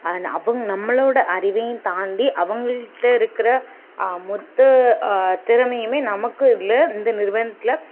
and அவங்க நம்மளை விட அறிவையும் தாண்டி அவங்கள்ட்ட இருக்கிற மொத்த திறமையுமே நமக்கு இதில் இந்த நிறுவனத்தில்